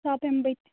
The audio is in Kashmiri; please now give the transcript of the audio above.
بہٕ تہِ